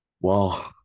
Wow